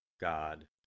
God